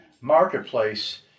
marketplace